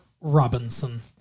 Robinson